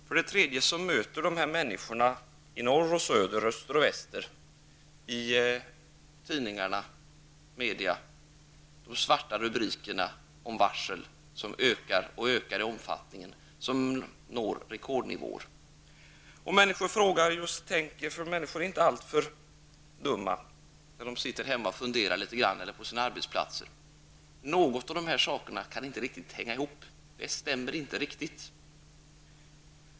För det tredje möter dessa människor, i norr, söder, öster och väster, i tidningarna, media, de svarta rubrikerna om varsel som ökar i omfattning och som når rekordnivåer. Människor frågar och tänker när de sitter hemma eller på sina arbetsplatser, eftersom de inte är alltför dumma, och de kommer fram till att några av dessa saker inte riktigt hänger ihop, det stämmer inte riktigt.